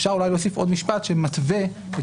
אפשר אולי להוסיף עוד משפט שמתווה את